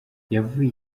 yavuye